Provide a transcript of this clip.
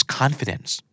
confidence